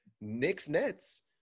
Knicks-Nets